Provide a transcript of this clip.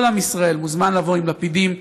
כל עם ישראל מוזמן לבוא עם לפידים,